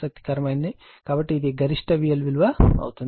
కాబట్టి ఇది గరిష్ట VL విలువ అవుతుంది